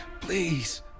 please